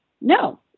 no